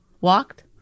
Walked